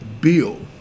Bill